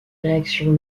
réactions